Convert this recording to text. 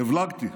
הבלגתי,